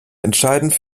entscheidend